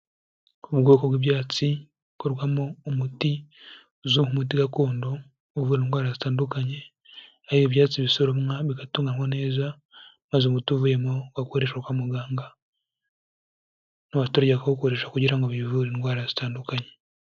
Ubwoko bw'ibyatsi bukorwamo umuti uzwi nk'umuti gakondo, uvura indwara zitandukanye harimo ibyatsi bisoromwa, bigatunganywa neza, maze umuti uvuyemo ugakoreshwa kwa muganga n'abaturage bakuwukoresha kugira ngo bivure indwara zitandukanye.